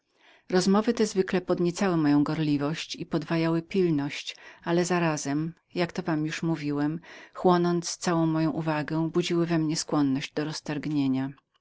rozmowy te zwykle podniecały moją gorliwość i podwajały pilność ale zarazem chłonąc całą moją uwagę nadały mi skłonność do roztargnienia